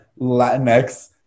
latinx